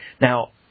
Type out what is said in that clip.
Now